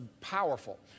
powerful